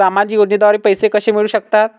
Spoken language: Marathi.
सामाजिक योजनेद्वारे पैसे कसे मिळू शकतात?